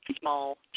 small